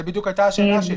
זו בדיוק הייתה השאלה שלי